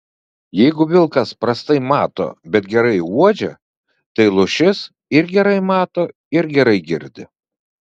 jeigu vilkas prastai mato bet gerai uodžia tai lūšis ir gerai mato ir gerai girdi